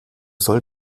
soll